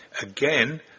again